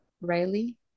Riley